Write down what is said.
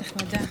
כנסת נכבדה,